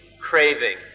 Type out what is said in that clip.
craving